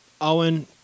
Owen